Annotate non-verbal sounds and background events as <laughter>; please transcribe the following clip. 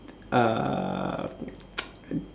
uh <noise>